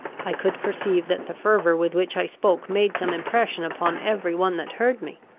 i could perceive that the fervour with which i spoke made some impression upon every one that heard me.